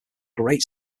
great